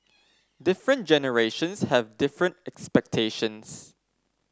different generations have different expectations